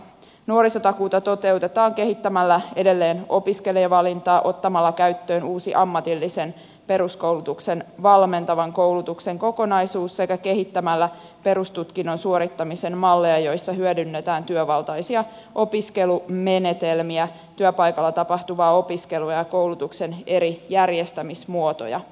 nuorisotakuuta toteutetaan kehittämällä edelleen opiskelijavalintaa ottamalla käyttöön uusi ammatillisen peruskoulutuksen valmentavan koulutuksen kokonaisuus sekä kehittämällä perustutkinnon suorittamisen malleja joissa hyödynnetään työvaltaisia opiskelumenetelmiä työpaikalla tapahtuvaa opiskelua ja koulutuksen eri järjestämismuotoja